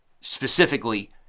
specifically